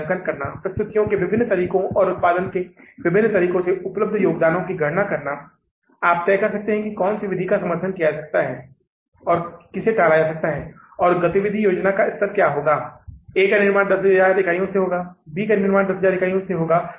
मैं इसे आसान समझ के लिए टी प्रारूप में तैयार कर रहा हूं आप उस ऊर्ध्वाधर क्रम में भी तैयार कर सकते हैं इसका मतलब है कि इन दिनों हम ऊर्ध्वाधर क्रम में बनाते हैं लेकिन अगर मैं टी प्रारूप में तैयार करता हूं तो यह आपके लिए समझना बहुत आसान होगा